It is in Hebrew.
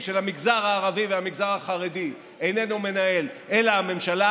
של המגזר הערבי והמגזר החרדי מנהל אלא הממשלה,